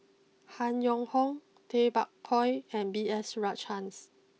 Han Yong Hong Tay Bak Koi and B S Rajhans